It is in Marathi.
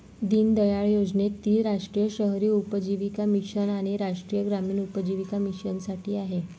दीनदयाळ योजनेत ती राष्ट्रीय शहरी उपजीविका मिशन आणि राष्ट्रीय ग्रामीण उपजीविका मिशनसाठी आहे